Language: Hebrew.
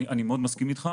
אני מאוד מסכים איתך.